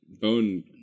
Bone